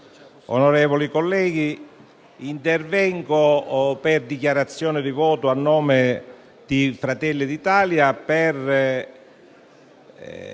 onorevoli colleghi, intervengo in dichiarazione di voto a nome di Fratelli d'Italia per